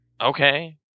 Okay